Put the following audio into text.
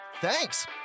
thanks